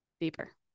deeper